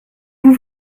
vous